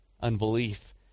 unbelief